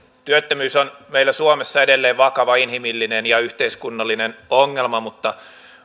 työttömyys on meillä suomessa edelleen vakava inhimillinen ja yhteiskunnallinen ongelma mutta